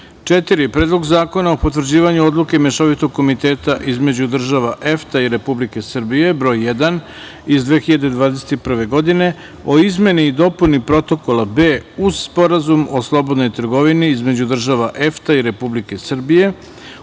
Vlada;4. Predlog zakona o potvrđivanju Odluke Mešovitog komiteta između država EFTA i Republike Srbije Broj 1 iz 2021. godine o izmeni i dopuni Protokola B uz Sporazum o slobodnoj trgovini između država EFTA i Republike Srbije